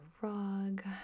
rug